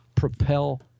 Propel